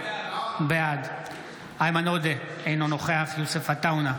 בעד איימן עודה, אינו נוכח יוסף עטאונה,